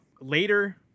Later